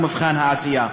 הוא מבחן העשייה.